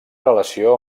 relació